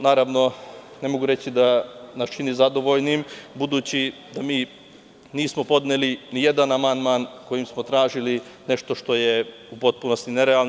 Naravno, ne mogu reći da nas to čini zadovoljnim, budući da mi nismo podneli ni jedan amandman kojim smo tražili nešto što je u potpunosti ne realno.